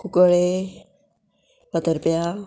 Cuncolim फातरप्यां